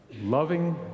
loving